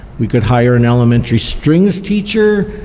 we could hire an elementary strings teacher.